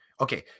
okay